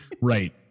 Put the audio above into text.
right